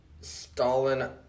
Stalin